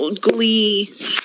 Glee